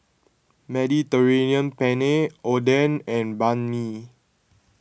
Mediterranean Penne Oden and Banh Mi